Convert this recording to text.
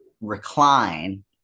recline